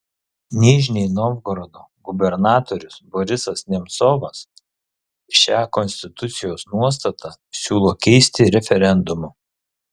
nižnij novgorodo gubernatorius borisas nemcovas šią konstitucijos nuostatą siūlo keisti referendumu